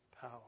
power